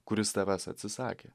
kuris tavęs atsisakė